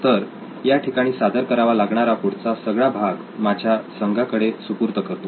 तर या ठिकाणी सादर करावा लागणारा पुढचा सगळा भाग माझ्या संघाकडे सुपूर्त करतो